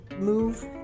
move